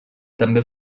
també